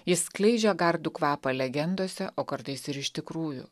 ji skleidžia gardų kvapą legendose o kartais ir iš tikrųjų